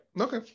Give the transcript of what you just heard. Okay